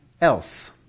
else